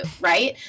right